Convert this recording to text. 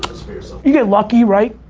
so you get lucky, right?